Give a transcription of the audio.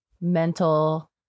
mental